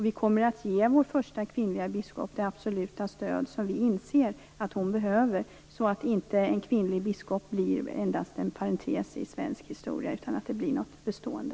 Vi kommer att ge vår första kvinnliga biskop det absoluta stöd som vi inser att hon behöver, så att inte en kvinnlig biskop endast blir en parentes i svensk historia utan något bestående.